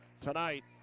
tonight